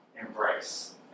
embrace